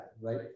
right